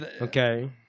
Okay